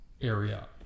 area